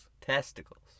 testicles